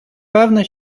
певна